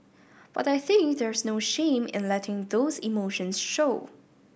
but I think there's no shame in letting those emotions show